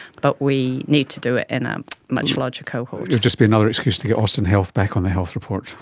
but we need to do it in a much larger cohort. it'll just be another excuse to get austin health back on the health report.